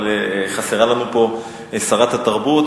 אבל חסרה לנו פה שרת התרבות,